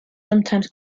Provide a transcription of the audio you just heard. sometimes